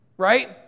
right